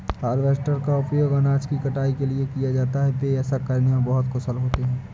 harvester का उपयोग अनाज की कटाई के लिए किया जाता है, वे ऐसा करने में बहुत कुशल होते हैं